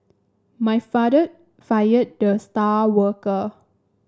my father fired the star worker